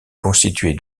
constituée